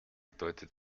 deutet